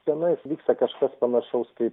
tenais vyksta kažkas panašaus kaip